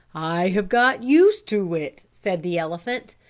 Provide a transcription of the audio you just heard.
i have got used to it, said the elephant,